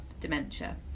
dementia